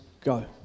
go